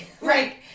Right